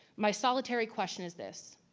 my solitary question is this.